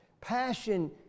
passion